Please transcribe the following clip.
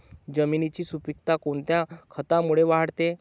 जमिनीची सुपिकता कोणत्या खतामुळे वाढते?